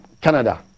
canada